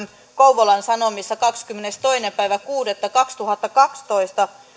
kouvolan sanomissa kahdeskymmenestoinen kuudetta kaksituhattakaksitoista